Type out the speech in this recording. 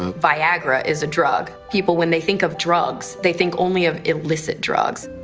and viagra is a drug. people, when they think of drugs. they think only of illicit drugs.